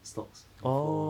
stocks before